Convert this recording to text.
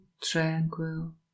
tranquil